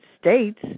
States